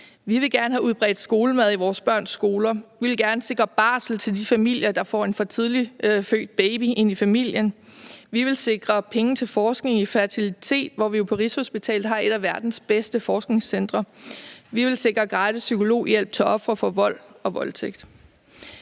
Vi vil gerne have udbredt skolemad i vores børns skoler; vi vil gerne sikre barsel til de familier, der får en for tidligt født baby ind i familien; vi vil sikre penge til forskning i fertilitet, hvor vi jo på Rigshospitalet har et af verdens bedste forskningscentre; vi vil sikre gratis psykologhjælp til ofre for vold og voldtægt.